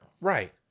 Right